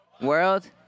World